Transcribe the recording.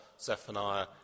Zephaniah